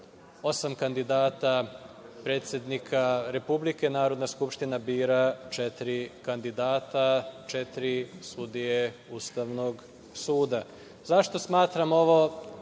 osam kandidata predsednika Republike, Narodna skupština bira četiri kandidata, četiri sudije Ustavnog suda.Zašto smatram ovo